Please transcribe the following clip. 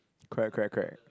correct correct correct